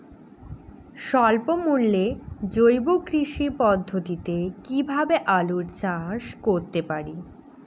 স্বল্প মূল্যে জৈব কৃষি পদ্ধতিতে কীভাবে আলুর চাষ করতে পারি?